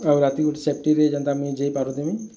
ଆଉ ସେଫ୍ଟିରେ ଯେନ୍ତା ଯେଇଁ ପାରୁଥିବି